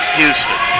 Houston